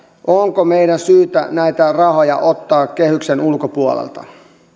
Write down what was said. onko meidän syytä näitä rahoja ottaa kehyksen ulkopuolelta